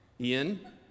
Ian